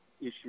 issue